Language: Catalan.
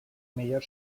millor